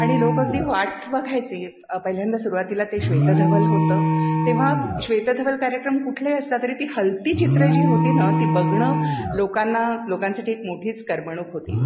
आणि लोक अगदी वाट बघायचे पहिल्यांदा सुरुवातीला ते श्वेतधवल होतं तेव्हा श्वेतधवल कार्यक्रम कुठले आहे असला तरी ती हलती चित्र जी होती ना ती बघणं लोकांना लोकांसाठी एक मोठीच करमणूक होती